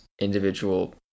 individual